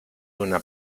una